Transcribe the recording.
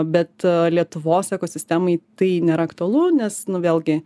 bet lietuvos ekosistemai tai nėra aktualu nes nu vėlgi